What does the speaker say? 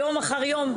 יום אחר יום,